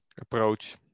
approach